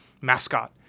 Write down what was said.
Mascot